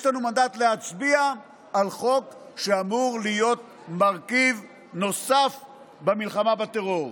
יש לנו מנדט להצביע על חוק שאמור להיות מרכיב נוסף במלחמה בטרור,